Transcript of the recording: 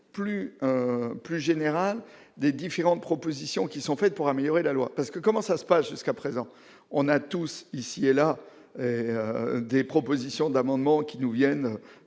plus général des différentes propositions qui sont faites pour améliorer la loi parce que comment ça se passe jusqu'à présent, on a tous ici et là et des propositions d'amendement qui nous viennent